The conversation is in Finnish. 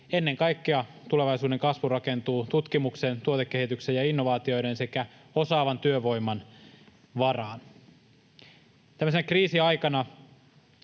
Ennen kaikkea tulevaisuuden kasvu rakentuu tutkimuksen, tuotekehityksen ja innovaatioiden sekä osaavan työvoiman varaan. Tämmöisenä kriisiaikana